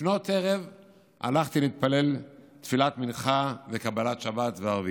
לפנות ערב הלכתי להתפלל תפילת מנחה וקבלת שבת וערבית,